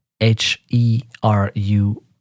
H-E-R-U